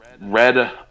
Red